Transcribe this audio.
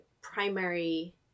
primary